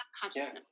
consciousness